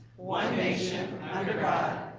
one nation under god,